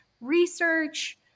research